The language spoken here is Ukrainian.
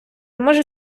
може